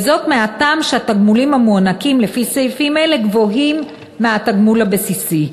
מהטעם שהתגמולים המוענקים לפי סעיפים אלה גבוהים מהתגמול הבסיסי.